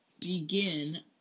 begin